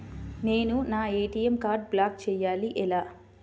నేను నా ఏ.టీ.ఎం కార్డ్ను బ్లాక్ చేయాలి ఎలా?